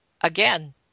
again